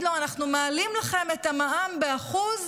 לו: אנחנו מעלים לכם את המע"מ ב-1%,